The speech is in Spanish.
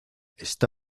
está